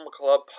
Club